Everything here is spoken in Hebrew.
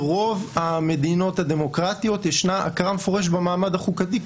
ברוב המדינות הדמוקרטיות יש הכרה מפורשת במעמד החוקתי,